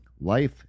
life